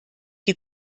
die